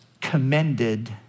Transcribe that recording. commended